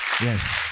Yes